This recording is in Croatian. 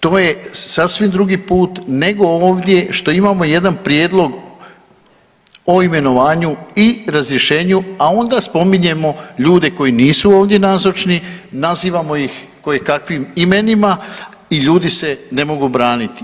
To je sasvim drugi put, nego ovdje što imamo jedan prijedlog o imenovanju i razrješenju a onda spominjemo ljude koji nisu ovdje nazočni nazivamo ih kojekakvim imenima i ljudi se ne mogu braniti.